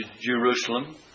Jerusalem